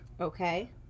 Okay